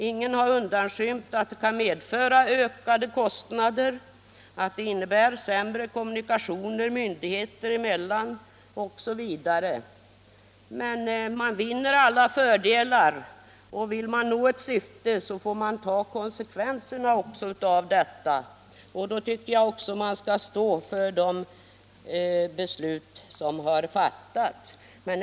Ingen har försökt undanskymma att det kan medföra ökade kostnader, att det blir sämre kommunikationer myndigheter emellan, osv. men man vinner alla fördelar, och vill man nå ett syfte får man ta konsekvenserna. Då tycker jag också att man skall stå för de beslut som har fattats.